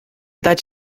dać